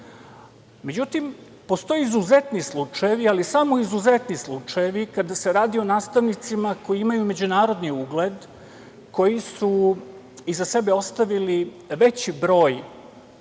Međutim, postoje izuzetni slučajevi, ali samo izuzetni slučajevi, kada se radi o nastavnicima koji imaju međunarodni ugled, koji su iza sebe ostavili veći broj